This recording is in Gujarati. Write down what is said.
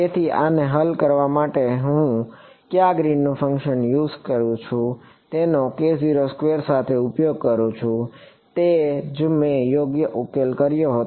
તેથી આને હલ કરવા માટે હું કયા ગ્રીનનું ફંકશન કરું છું તેનો સાથે ઉપયોગ કરું છું તે જ મેં યોગ્ય ઉપયોગ કર્યો હતો